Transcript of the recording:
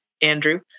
Andrew